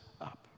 up